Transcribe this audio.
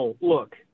look